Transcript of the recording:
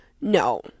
No